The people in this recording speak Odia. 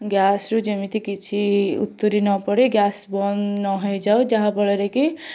ଗ୍ୟାସ୍ ରୁ ଯେମିତି କିଛି ଉତୁରି ନପଡ଼େ ଗ୍ୟାସ୍ ବନ୍ଦ ନ ହେଇଯାଉ ଯାହାଫଳରେ କି